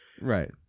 Right